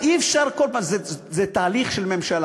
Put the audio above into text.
אי-אפשר כל פעם, זה תהליך של ממשלה.